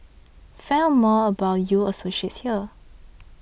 find out more about U Associates here